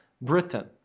Britain